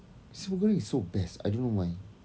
nasi sambal goreng is so best I don't know why